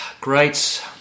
great